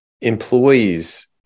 employees